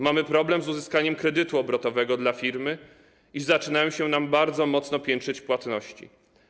Mamy problem z uzyskaniem kredytu obrotowego dla firmy i zaczynają nam się bardzo mocno piętrzyć płatności.